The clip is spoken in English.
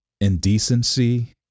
indecency